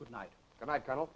good night and i don't